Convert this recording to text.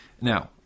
now